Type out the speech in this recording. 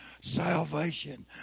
salvation